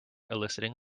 eliciting